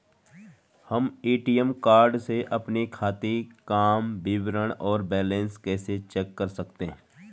हम ATM card से अपने खाते काम विवरण और बैलेंस कैसे चेक कर सकते हैं?